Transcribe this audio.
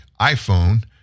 iPhone